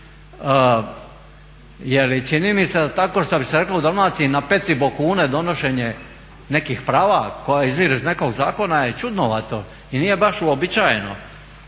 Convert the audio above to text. Jer čini mi se da takvo što bi se reklo u Dalmaciji na peci bokune donošenje nekih prava koja izviru iz nekog zakona je čudnovato i nije baš uobičajeno.